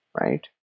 right